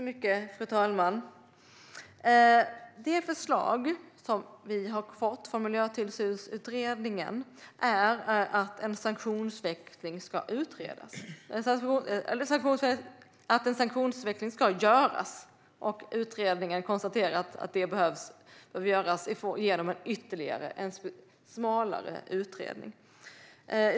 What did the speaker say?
Fru talman! Det förslag som vi har fått från Miljötillsynsutredningen är att sanktionsväxling ska införas, och utredningen konstaterar att det behöver göras genom ytterligare en, smalare, utredning.